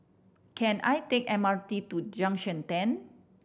can I take M R T to Junction Ten